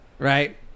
Right